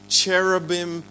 cherubim